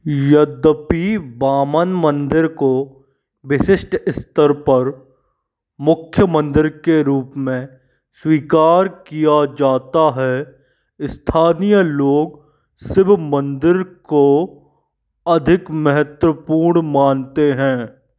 यद्यपि बामन मंदिर को विशिष्ट स्तर पर मुख्य मंदिर के रूप में स्वीकार किया जाता है स्थानीय लोग शिव मंदिर को अधिक महत्वपूर्ण मानते हैं